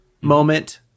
moment